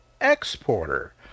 exporter